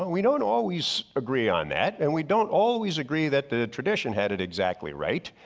we don't always agree on that and we don't always agree that the tradition had it exactly right.